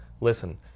Listen